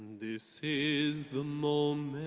this is the moment.